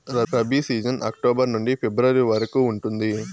rabi season October నుండి February వరకు ఉంటుంది